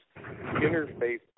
interface